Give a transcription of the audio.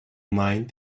mind